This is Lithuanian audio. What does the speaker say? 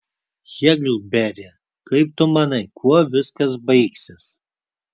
heklberi kaip tu manai kuo viskas baigsis